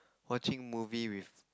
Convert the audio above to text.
watching movie with